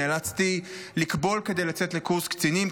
נאלצתי לקבול כדי לצאת לקורס קצינים.